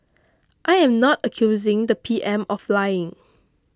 i am not accusing the P M of lying